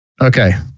Okay